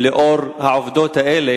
מצפים, לאור העובדות האלה,